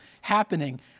happening